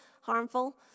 harmful